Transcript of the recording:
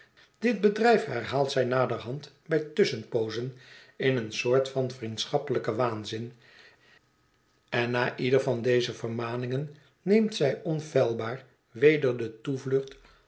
dit bedrijf herhaalt zij naderhand bij tusschenpoozen in een soort van vriendschappelijken waanzin en na ieder van deze vermaningen neemt zij onfeilbaar weder de toevlucht